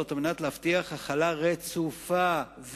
זאת על מנת להבטיח החלה רצופה וקבועה,